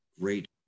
great